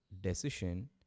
decision